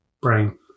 brain